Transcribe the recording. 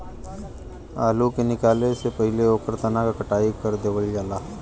आलू के निकाले से पहिले ओकरे तना क कटाई कर देवल जाला